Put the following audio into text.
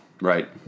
right